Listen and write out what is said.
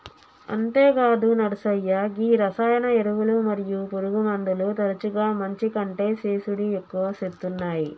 అంతేగాదు నర్సయ్య గీ రసాయన ఎరువులు మరియు పురుగుమందులు తరచుగా మంచి కంటే సేసుడి ఎక్కువ సేత్తునాయి